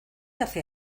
hace